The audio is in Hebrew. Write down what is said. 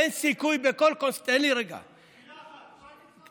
אין סיכוי, מילה אחת אפשר להגיד לך?